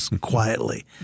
quietly